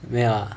没有 ah